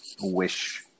wish